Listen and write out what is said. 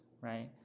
right